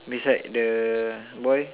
beside the boy